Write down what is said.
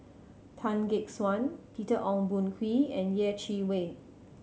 Tan Gek Suan Peter Ong Boon Kwee and Yeh Chi Wei